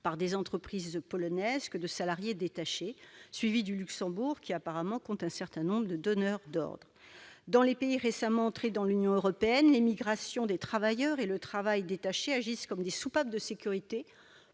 par des entreprises polonaises que de salariés détachés, suivie du Luxembourg qui, apparemment, compte un certain nombre de donneurs d'ordre. Dans les pays récemment entrés dans l'Union européenne, l'émigration des travailleurs et le travail détaché agissent comme des soupapes de sécurité